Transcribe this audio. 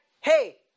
hey